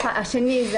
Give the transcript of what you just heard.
השני, זה